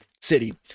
city